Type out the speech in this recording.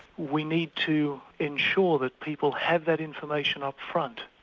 we need to ensure that people have that information up front.